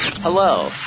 Hello